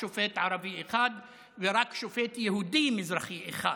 שופט ערבי אחד ורק שופט יהודי-מזרחי אחד.